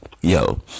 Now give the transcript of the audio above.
yo